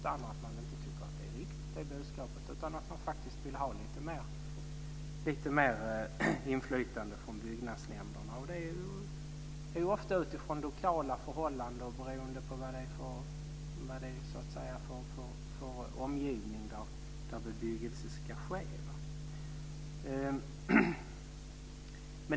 Den andra är att man inte tycker att det budskapet är riktigt, utan att man faktiskt vill ha lite mer inflytande från byggnadsnämnderna. Det beror ofta på lokala förhållanden och omgivningen där bebyggelse ska ske.